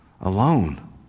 alone